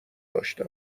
داشتم